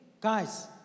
guys